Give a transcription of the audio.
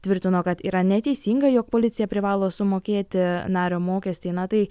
tvirtino kad yra neteisinga jog policija privalo sumokėti nario mokestį na tai